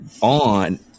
on